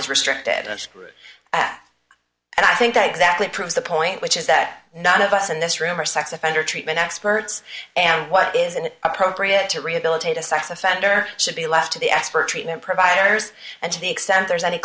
restricted and i think that exactly proves the point which is that none of us in this room are sex offender treatment experts and what is an appropriate to rehabilitate a sex offender should be left to the expert treatment providers and to the extent there's any